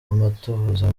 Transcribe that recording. amatohoza